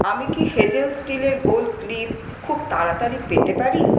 আমি কি হেজেল স্টিলের গোল ক্লিপ খুব তাড়াতাড়ি পেতে পারি